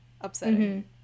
Upsetting